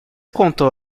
contou